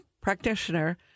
practitioner